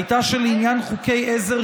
הייתה שלעניין חוקי עזר,